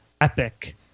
epic